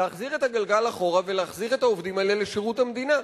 להחזיר את הגלגל אחורה ולהחזיר את העובדים האלה לשירות המדינה.